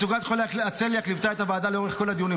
מצוקת חולי הצליאק ליוותה את הוועדה לאורך כל הדיונים.